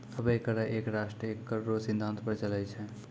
अबै कर एक राष्ट्र एक कर रो सिद्धांत पर चलै छै